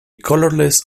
colorless